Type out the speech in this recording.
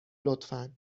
لطفا